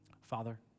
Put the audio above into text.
Father